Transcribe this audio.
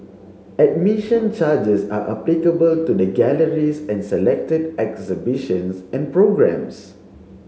admission charges are applicable to the galleries and selected exhibitions and programmes